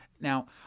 Now